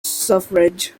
suffrage